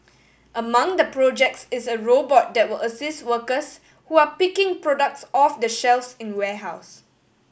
among the projects is a robot that will assist workers who are picking products off the shelves in warehouse